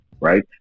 Right